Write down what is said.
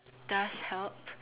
does help